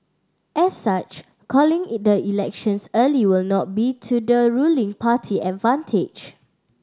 as such calling the elections early will not be to the ruling party advantage